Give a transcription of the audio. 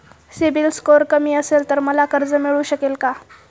CIBIL score कमी असेल तर मला कर्ज मिळू शकेल का?